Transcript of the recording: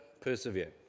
persevere